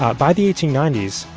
ah by the eighteen ninety s,